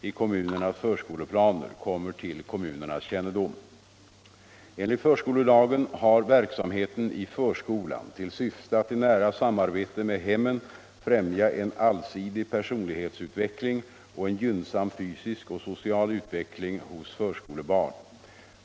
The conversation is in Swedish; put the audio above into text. i kommunernas förskoleplaner kommer till kommunernas kännedom. inom förskolan Enligt förskolelagen har verksamheten i förskolan till syfte att i nära samarbete med hemmen främja en allsidig personlighetsutveckling och en gynnsam fysisk och social utveckling hos förskolebarn.